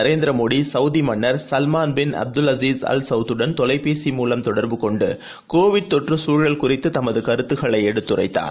நரேந்திரமோடிசவுதிமன்னர் Salman bin Abdulaziz Al Saud உடன் தொலைபேசி மூவம் தொடர்பு கொண்டுகோவிட் தொற்றுசூழல் குறித்துதமதுகருத்துகளைஎடுத்துரைத்தார்